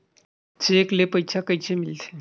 Cheque ले पईसा कइसे मिलथे?